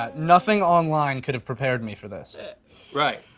ah nothing online could have prepared me for this. right.